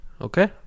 Okay